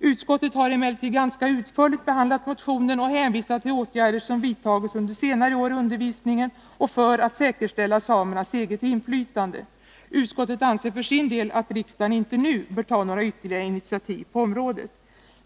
Utskottet har emellertid ganska utförligt behandlat motionen och hänvisar till åtgärder som vidtagits under senare år i undervisningen för att säkerställa samernas eget inflytande. Utskottet anser för sin del att riksdagen inte nu bör ta några ytterligare initiativ på området.